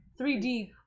3d